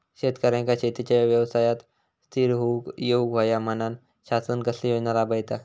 शेतकऱ्यांका शेतीच्या व्यवसायात स्थिर होवुक येऊक होया म्हणान शासन कसले योजना राबयता?